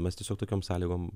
mes tiesiog tokiom sąlygom